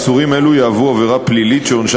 איסורים אלו יהוו עבירה פלילית שעונשה